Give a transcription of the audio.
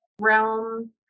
Realm